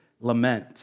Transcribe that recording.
lament